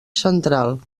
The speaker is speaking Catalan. central